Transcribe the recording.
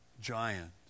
giant